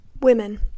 Women